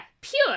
pure